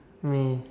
me